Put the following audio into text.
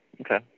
Okay